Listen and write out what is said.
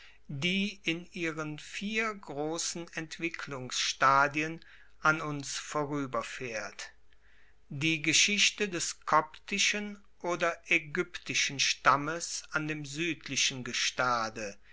die in ihren vier grossen entwicklungsstadien an uns vorueberfaehrt die geschichte des koptischen oder aegyptischen stammes an dem suedlichen gestade